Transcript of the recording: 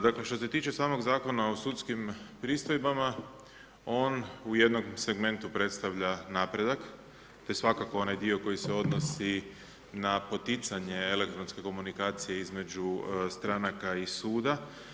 Dakle što se tiče samog zakona o sudskim pristojbama on u jednom segmentu predstavlja napredak te svakako onaj dio koji se odnosi na poticanje elektronske komunikacije između stranaka i suda.